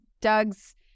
Doug's